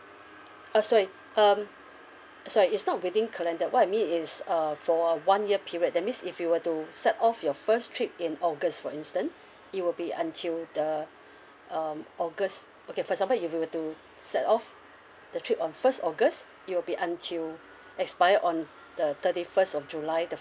uh sorry um sorry it's not within calendar what I mean is uh for a one year period that means if you were to set off your first trip in august for instant it will be until the um august okay for example if you were to set off the trip on first august it'll be until expired on the thirty first of july the